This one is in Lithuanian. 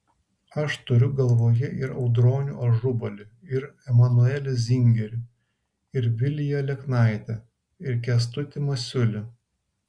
aš turiu galvoje ir audronių ažubalį ir emanuelį zingerį ir viliją aleknaitę ir kęstutį masiulį